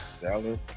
Dallas